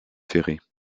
ferrée